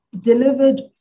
delivered